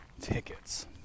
tickets